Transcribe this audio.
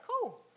Cool